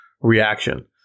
reaction